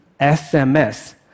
SMS